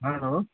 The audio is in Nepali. हेलो